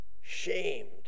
shamed